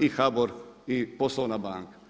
i HBOR i poslovna banka.